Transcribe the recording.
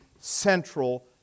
central